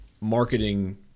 marketing